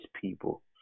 people